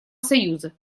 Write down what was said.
союза